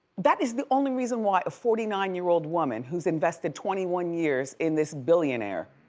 that is the only reason why a forty nine year old woman who's invested twenty one years in this billionaire.